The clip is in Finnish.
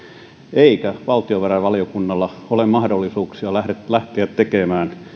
eikä valtiovarainvaliokunnalla ole mahdollisuuksia lähteä tekemään